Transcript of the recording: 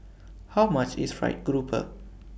How much IS Fried Grouper